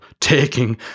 taking